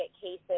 cases